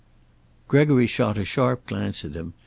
gregory shot a sharp glance at him,